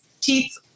teeth